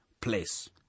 place